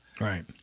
Right